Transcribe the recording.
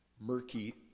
murky